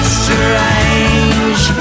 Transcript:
strange